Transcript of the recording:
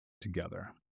together